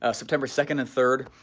ah september second and third.